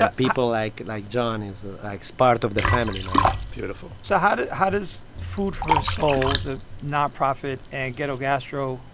ah people like like jon, ah like, is part of the family now beautiful so how how does food for soul, the nonprofit, and ghetto gastro